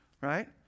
right